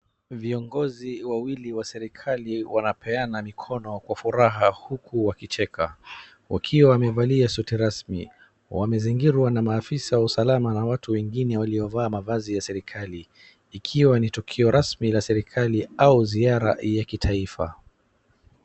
Viongozi wawili wa serikali wanapeana mikono wa furaha huku wakicheka, wakiwa wamevalia suti rasmi, wamezingirwa na maafisa wa usalama, na watu wengine waliovaa mavazi ya serikali, ikiwa ni tukio rasmi la serikali au ziara ya kitaifa.